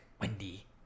Wendy